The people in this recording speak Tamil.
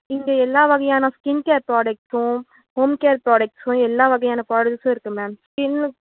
இங்கே எல்லா வகையான ஸ்கின் கேர் ப்ராடக்ட்டும் ஹோம் கேர் ப்ராடக்ட்ஸும் எல்லா வகையான ப்ராடக்ட்ஸும் இருக்குது மேம் ஸ்கின்